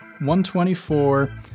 124